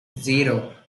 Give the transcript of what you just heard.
zero